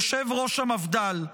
יושב-ראש המפד"ל.